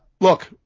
look